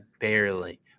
barely